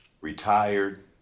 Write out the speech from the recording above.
Retired